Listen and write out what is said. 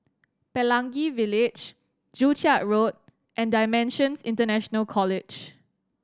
Pelangi Village Joo Chiat Road and Dimensions International College